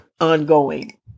ongoing